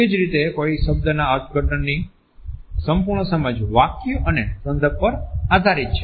તે જ રીતે કોઈ શબ્દના અર્થઘટનની સંપૂર્ણ સમજ વાક્ય અને સંદર્ભ પર આધારિત છે